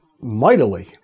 mightily